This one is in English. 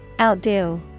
Outdo